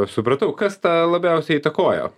supratau kas tą labiausiai įtakojo